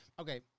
okay